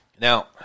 Now